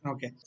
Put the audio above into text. Okay